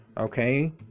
okay